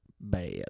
bad